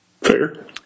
Fair